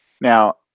Now